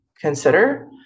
consider